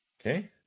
Okay